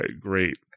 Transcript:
great